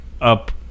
up